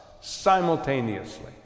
simultaneously